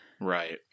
Right